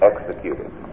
executed